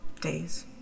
days